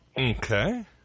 Okay